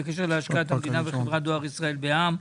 בקשר להשקעת מהמדינה בחברת דואר ישראל בע"מ,